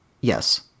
Yes